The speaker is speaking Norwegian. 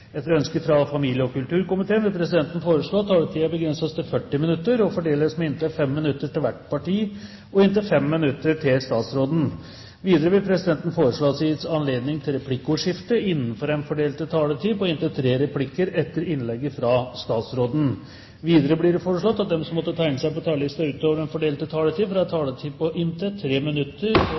Etter ønske fra familie- og kulturkomiteen vil presidenten foreslå at taletiden begrenses til 40 minutter, og fordeles med inntil 5 minutter til hvert parti, og inntil 5 minutter til statsråden. Videre vil presidenten foreslå at det gis anledning til replikkordskifte på inntil tre replikker etter innlegget fra statsråden innenfor den fordelte taletid. Videre blir det foreslått at de som måtte tegne seg på talerlisten utover den fordelte taletid, får en taletid på inntil 3 minutter.